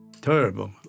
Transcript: Terrible